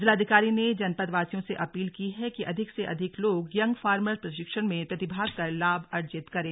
जिलाधिकारी ने जनपदवासियों से अपील की है कि अधिक से अधिक लोग यंग फार्मर प्रशिक्षण में प्रतिभाग कर लाभ अर्जित करें